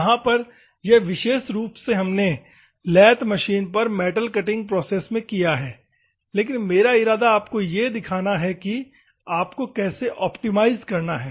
यहाँ पर यह विशेष रूप से हमने लैथ मशीन पर मेटल कटिंग प्रोसेस में किया है लेकिन मेरा इरादा आपको यह दिखाना है कि आपको कैसे ऑप्टिमाइज़ करना है